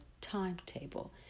timetable